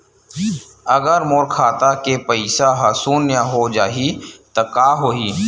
अगर मोर खाता के पईसा ह शून्य हो जाही त का होही?